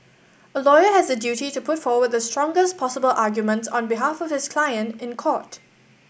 a lawyer has the duty to put forward the strongest possible arguments on behalf of his client in court